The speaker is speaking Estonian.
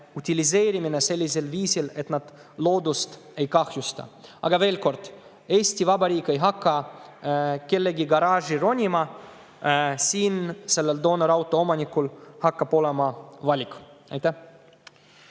utiliseerimine sellisel viisil, et need loodust ei kahjusta. Aga veel kord: Eesti Vabariik ei hakka kellegi garaaži ronima. Doonorauto omanikul hakkab olema valik. Aitäh